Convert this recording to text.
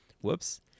Whoops